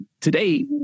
Today